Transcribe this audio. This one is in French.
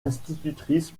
institutrice